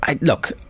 Look